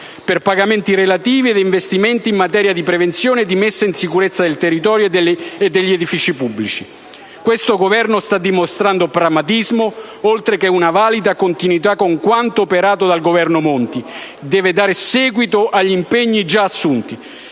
per pagamenti relativi ad investimenti in materia di prevenzione e di messa in sicurezza del territorio e degli edifici pubblici. Questo Governo sta dimostrando pragmatismo, oltre che una valida continuità con quanto operato dal Governo Monti, deve dare seguito agli impegni già assunti